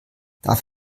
darf